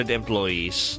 employees